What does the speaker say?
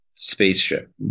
spaceship